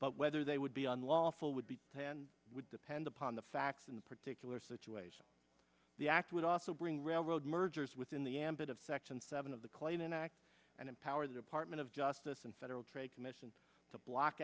but whether they would be unlawful would be would depend upon the facts in the particular situation the act would also bring railroad mergers within the ambit of section seven of the claimant act and empower the department of justice and federal trade commission to block